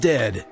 Dead